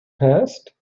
passed